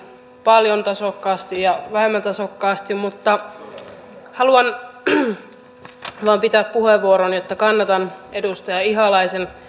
paljon tasokkaasti ja vähemmän tasokkaasti haluan vain pitää puheenvuoron että kannatan edustaja ihalaisen